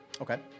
Okay